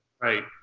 Right